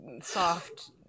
soft